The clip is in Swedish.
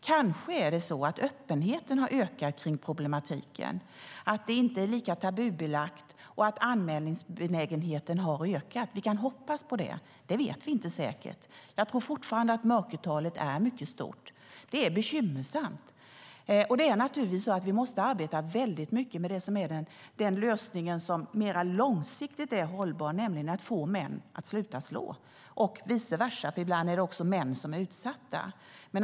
Kanske är det så att öppenheten har ökat kring problematiken, att det inte är lika tabubelagt och att anmälningsbenägenheten har ökat. Vi kan hoppas på det, men vi vet inte säkert. Jag tror att mörkertalet fortfarande är mycket stort. Det är bekymmersamt, och naturligtvis måste vi arbeta mycket med den lösning som är hållbar mer långsiktigt, nämligen att få män att sluta slå och vice versa; ibland är det också män som är utsatta.